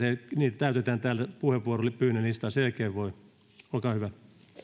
niitä täytetään täältä puheenvuoropyyntölistaan sen jälkeen voi olkaa hyvä